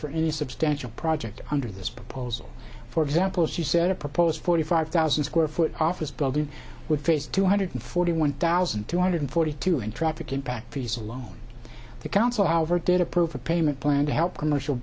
for any substantial project under this proposal for example she said a proposed forty five thousand square foot office building would face two hundred forty one thousand two hundred forty two in traffic impact fees alone the council however did approve a payment plan to help commercial